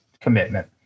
commitment